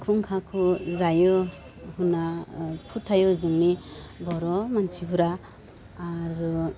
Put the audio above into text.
खुंखाखौ जायो होन्ना फोथायो जोंनि बर' मानसिफ्रा आरो